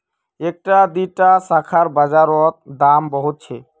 इकट्ठा दीडा शाखार बाजार रोत दाम बहुत छे